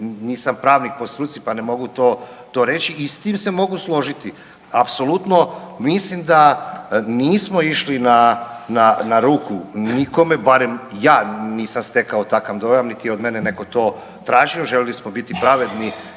nisam pravnik po struci pa ne mogu to reći, i s tim se mogu složiti. Apsolutno mislim da nismo išli na ruku nikome barem ja nisam stekao takav dojam niti je od mene netko to tražio, željeli smo biti pravedni